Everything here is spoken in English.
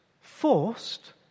forced